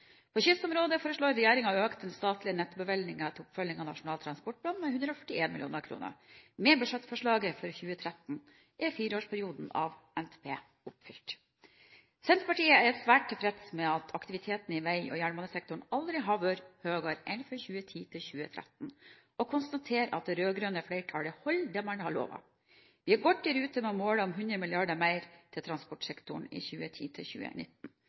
På kystområdet foreslår regjeringen å øke den statlige nettobevilgningen til oppfølging av Nasjonal transportplan med 141 mill. kr. Med budsjettforslaget for 2013 er fireårsperioden av NTP oppfylt. Senterpartiet er svært tilfreds med at aktiviteten i vei- og jernbanesektoren aldri har vært høyere enn fra 2010 til 2013, og konstaterer at det rød-grønne flertallet holder det de har lovet. Vi er godt i rute med målet om 100 mrd. kr mer til transportsektoren i